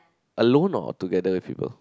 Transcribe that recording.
alone or together with people